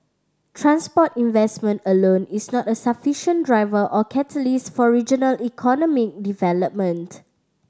transport investment alone is not a sufficient driver or catalyst for regional economy development